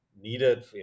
needed